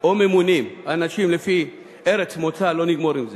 או ממונים אנשים לפי ארץ מוצא, לא נגמור עם זה.